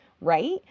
right